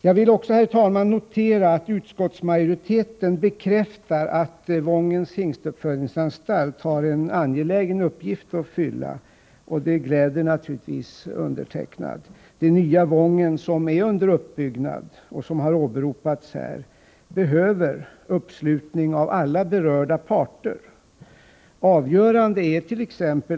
Jag vill också, herr talman, notera att utskottsmajoriteten bekräftar att Wångens hingstuppfödningsanstalt har en angelägen uppgift att fylla. Det gläder naturligtvis mig. Det nya Wången som är under uppbyggnad, och som har åberopats här, behöver uppslutning av alla berörda parter.